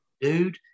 dude